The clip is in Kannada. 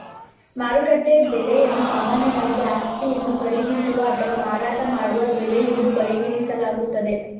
ಮಾರುಕಟ್ಟೆ ಬೆಲೆಯನ್ನು ಸಾಮಾನ್ಯವಾಗಿ ಆಸ್ತಿಯನ್ನು ಖರೀದಿಸುವ ಅಥವಾ ಮಾರಾಟ ಮಾಡುವ ಬೆಲೆ ಎಂದು ಪರಿಗಣಿಸಲಾಗುತ್ತದೆ